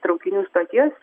traukinių stoties